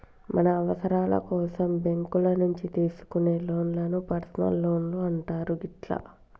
మన అవసరాల కోసం బ్యేంకుల నుంచి తీసుకునే లోన్లను పర్సనల్ లోన్లు అంటారు గిట్లా